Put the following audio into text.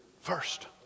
first